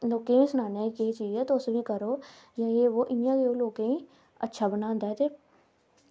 लोकें बी सनाने आं केह् चीज़ ऐ तुस बी करो जां एह् बो इयां गै लोकें अच्छा बनांदा ऐ ते